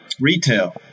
retail